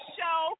Show